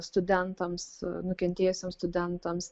studentams nukentėjusiems studentams